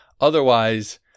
Otherwise